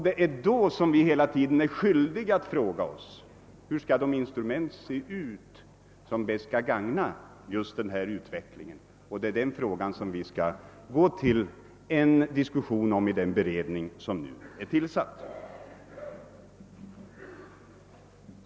Det är därför som vi hela tiden är skyldiga att fråga oss hur det instrument skall se ut som bäst skall gagna denna utveckling. Den frågan skall diskuteras i den beredning som nu är tillsatt.